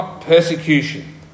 persecution